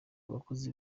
abakozi